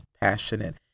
passionate